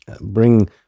bring